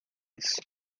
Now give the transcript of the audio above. isso